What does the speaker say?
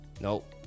Nope